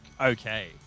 Okay